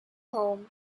home